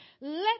let